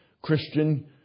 Christian